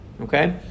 Okay